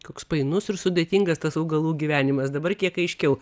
koks painus ir sudėtingas tas augalų gyvenimas dabar kiek aiškiau